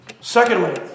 Secondly